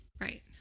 Right